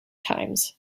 times